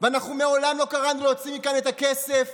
ומעולם לא קראנו להוציא מכאן את הכסף